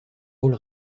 rôle